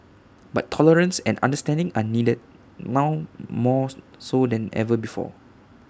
but tolerance and understanding are needed now mores so than ever before